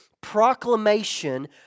proclamation